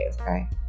okay